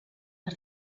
per